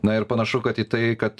na ir panašu kad į tai kad